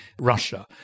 Russia